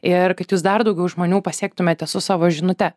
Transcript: ir kad jūs dar daugiau žmonių pasiektumėte su savo žinute